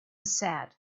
said